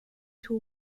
two